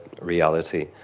reality